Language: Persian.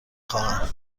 خواهم